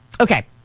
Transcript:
okay